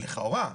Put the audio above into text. לכאורה.